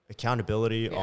Accountability